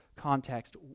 context